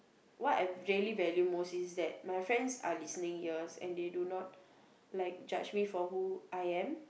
what I really value most is that my friends are listening ears and they do not like judge me for who I am